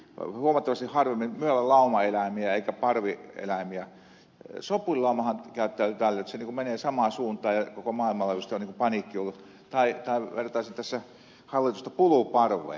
sopulilaumahan käyttäytyy tällä tavalla että se menee samaan suuntaan ja koko maailman laajuisesti on niin kuin paniikki ollut tai vertaisin tässä hallitusta puluparveen